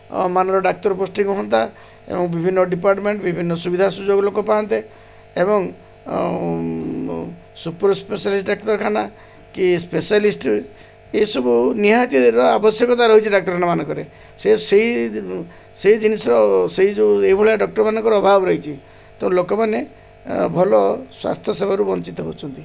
ମାନର doctor posting ହୁଅନ୍ତା ଏବଂ ବିଭିନ୍ନ ଡିପାର୍ଟ୍ମେଣ୍ଟ୍ ବିଭିନ୍ନ ସୁବିଧା ସୁଯୋଗ ଲୋକ ପାଆନ୍ତେ ଏବଂ ସୁପର୍ ସ୍ପେଶାଲିଷ୍ଟ୍ ଡାକ୍ତରଖାନା କି ସ୍ପେଶାଲିଷ୍ଟ୍ ଏସବୁ ନିହାତିର ଆବଶ୍ୟକତା ରହିଛି ଡାକ୍ତରଖାନାମାନଙ୍କରେ ସେ ସେହି ସେହି ଜିନିଷର ସେହି ଯେଉଁ ଏହିଭଳିଆ ଡକ୍ଟର୍ମାନଙ୍କର ଅଭାବ ରହିଛି ତେଣୁ ଲୋକମାନେ ଭଲ ସ୍ୱାସ୍ଥ୍ୟ ସେବାରୁ ବଞ୍ଚିତ ହେଉଛନ୍ତି